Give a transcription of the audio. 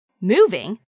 Moving